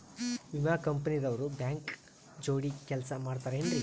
ವಿಮಾ ಕಂಪನಿ ದವ್ರು ಬ್ಯಾಂಕ ಜೋಡಿ ಕೆಲ್ಸ ಮಾಡತಾರೆನ್ರಿ?